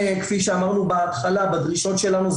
כפי שאמרנו בהתחלה בדרישות שלנו,